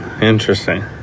Interesting